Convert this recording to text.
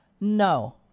No